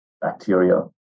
bacteria